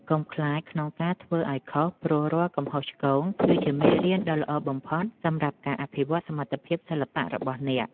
កុំខ្លាចក្នុងការធ្វើឱ្យខុសព្រោះរាល់កំហុសឆ្គងគឺជាមេរៀនដ៏ល្អបំផុតសម្រាប់ការអភិវឌ្ឍសមត្ថភាពសិល្បៈរបស់អ្នក។